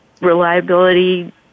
reliability